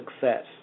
success